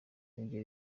ibyo